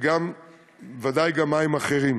ודאי גם מים אחרים.